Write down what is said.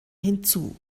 hinzu